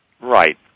Right